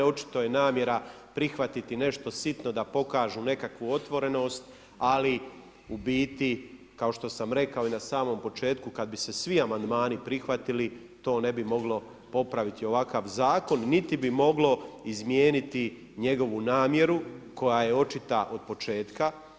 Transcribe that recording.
Očito je namjera prihvatiti nešto sitno da pokažu nekakvu otvorenost, ali u biti kao što sam rekao i na samom početku, kada bi se svi amandmani prihvatili to ne bi moglo popraviti ovakav zakon niti bi moglo izmijeniti njegovu namjeru koja je očita od početka.